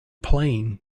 playing